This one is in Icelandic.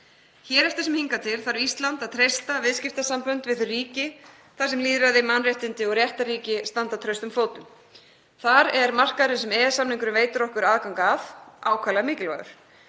Hér eftir sem hingað til þarf Ísland að treysta viðskiptasambönd við þau ríki þar sem lýðræði, mannréttindi og réttarríki standa traustum fótum. Þar er markaðurinn sem EES-samningurinn veitir okkur aðgang að ákaflega mikilvægur.